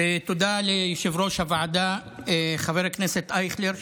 תודה ליושב-ראש הוועדה חבר הכנסת אייכלר,